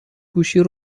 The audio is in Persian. گوشی